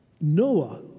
Noah